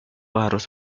harus